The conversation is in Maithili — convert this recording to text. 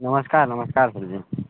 नमस्कार नमस्कार सरजी